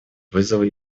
вызовы